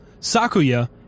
Sakuya